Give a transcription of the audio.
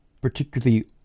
particularly